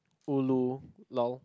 ulu lol